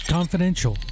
Confidential